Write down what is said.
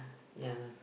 ya